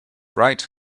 right